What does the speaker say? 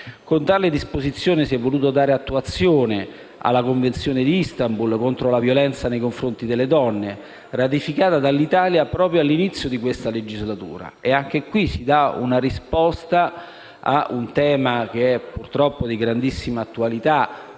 Con tale disposizione si è voluto dare attuazione alla Convenzione di Istanbul contro la violenza nei confronti delle donne, ratificata dall'Italia all'inizio di questa legislatura. Si dà pertanto una risposta a un tema che è purtroppo di grandissima attualità.